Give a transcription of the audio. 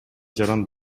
жаран